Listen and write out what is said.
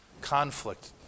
conflict